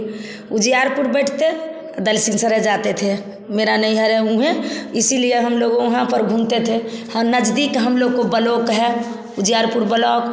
उजियारपुर बैठते दर्शन शरीफ़ जाते थे मेरे नहीं है घर उहए इसीलिए हम लोग वहाँ पर घूमते थे और नज़दीक हम लोग को ब्लॉक है उजियारपुर ब्लॉक